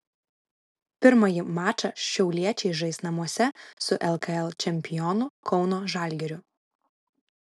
pirmąjį mačą šiauliečiai žais namuose su lkl čempionu kauno žalgiriu